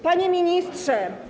Panie Ministrze!